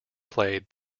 played